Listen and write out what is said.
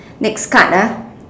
next card ah